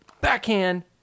Backhand